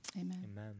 Amen